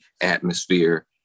atmosphere